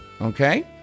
okay